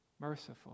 merciful